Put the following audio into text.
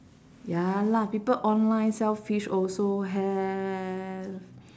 ya lah people online sell fish also have